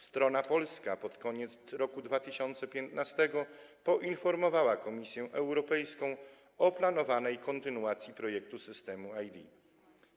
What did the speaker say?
Strona polska pod koniec roku 2015 poinformowała Komisję Europejską o planowanej kontynuacji projektu systemu ID.